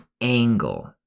angle